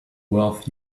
worth